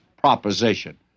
proposition